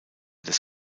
des